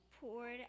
poured